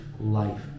life